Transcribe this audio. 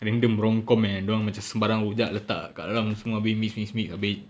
random rom com yang dorang macam sebarang rojak letak kat dalam ni semua abeh mix mix mix abeh